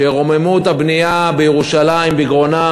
שרוממו את הבנייה בירושלים בגרונם,